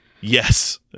Yes